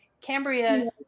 Cambria